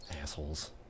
Assholes